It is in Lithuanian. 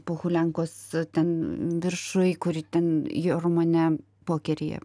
pohuliankos ten viršuj kuri ten jo romane pokeryje